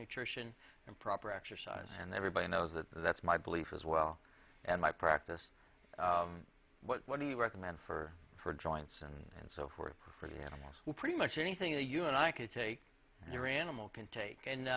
nutrition and proper exercise and everybody knows that that's my belief as well and my practice what do you recommend for for joints and so forth for the animals who pretty much anything that you and i could take your animal can take and